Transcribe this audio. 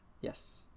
Yes